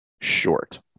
short